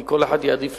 כי כל אחד יעדיף